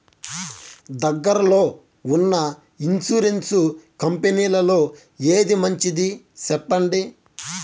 దగ్గర లో ఉన్న ఇన్సూరెన్సు కంపెనీలలో ఏది మంచిది? సెప్పండి?